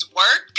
work